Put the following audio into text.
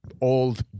old